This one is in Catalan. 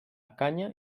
canya